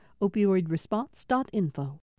Opioidresponse.info